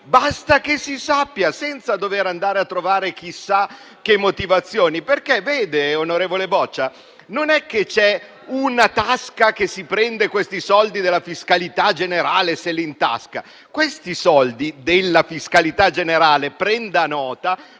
Basta che si sappia, senza dover andare a trovare chissà che motivazioni, perché vede, senatore Boccia, non è che c'è una tasca che si prende questi soldi della fiscalità generale e se li intasca. Questi soldi della fiscalità generale - per